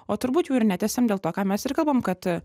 o turbūt jų ir netęsiam dėl to ką mes ir kalbam kad